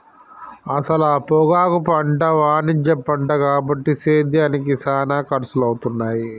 అసల పొగాకు పంట వాణిజ్య పంట కాబట్టి సేద్యానికి సానా ఖర్సులవుతాయి